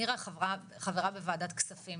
נירה חברה בוועדת כספים